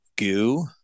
goo